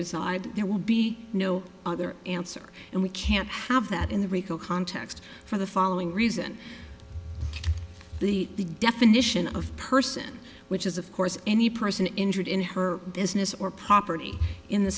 reside there will be no other answer and we can't have that in the rico context for the following reason the definition of person which is of course any person injured in her business or property in the